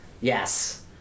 Yes